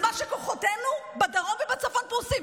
בזמן שכוחותינו בדרום ובצפון פרוסים?